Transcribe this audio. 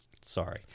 sorry